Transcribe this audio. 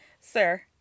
Sir